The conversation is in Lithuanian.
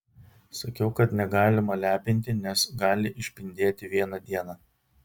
sakiau kad negalima lepinti nes gali išpindėti vieną dieną